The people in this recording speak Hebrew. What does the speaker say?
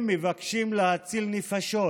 הם מבקשים להציל נפשות